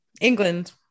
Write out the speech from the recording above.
England